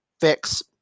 fix